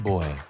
Boy